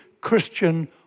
Christian